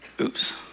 Oops